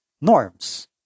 norms